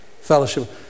fellowship